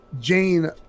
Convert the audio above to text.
Jane